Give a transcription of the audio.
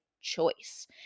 choice